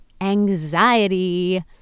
anxiety